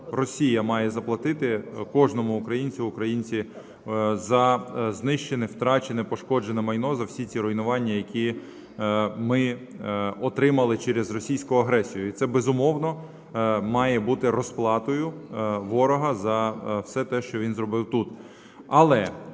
Росія має заплатити кожному українцю і українці за знищене, втрачене, пошкоджене майно, за всі ці руйнування, які ми отримали через російську агресію. І це, безумовно, має бути розплатою ворога за все те, що він зробив тут.